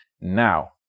now